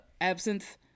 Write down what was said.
absinthe